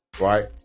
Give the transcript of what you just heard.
Right